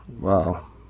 Wow